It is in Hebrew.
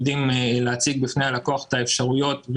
יודעים להציג בפני הלקוח את האפשרויות.